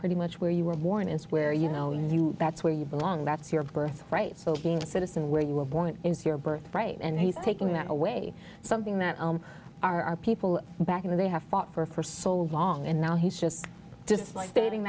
pretty much where you were born is where you know you that's where you belong that's your birth right so being a citizen where you were born into your birth right and he's taking that away something that our people back and they have fought for for so long and now he's just just like dating